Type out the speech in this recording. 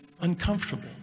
uncomfortable